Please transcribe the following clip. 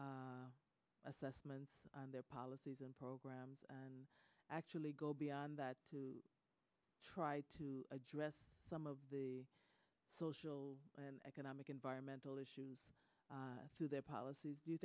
assessments on their policies and programs and actually go beyond that to try to address some of the social and economic environmental issues through their policies do